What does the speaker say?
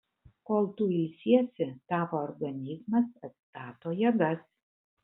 kol tu ilsiesi tavo organizmas atstato jėgas